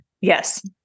Yes